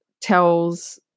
tells